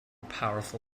powerful